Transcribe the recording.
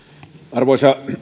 arvoisa